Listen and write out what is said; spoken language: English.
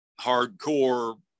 hardcore